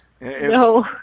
no